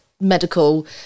medical